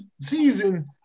season